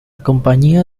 compañía